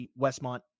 Westmont